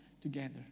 together